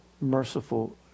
merciful